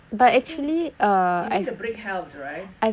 I think you think the break helped right